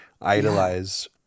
idolize